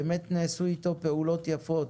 באמת נעשו איתו פעולות יפות,